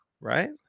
right